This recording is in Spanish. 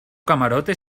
camarote